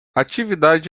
atividade